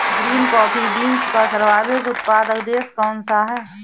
Green coffee beans का सर्वाधिक उत्पादक देश कौन सा है?